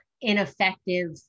ineffective